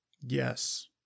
Yes